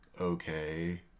okay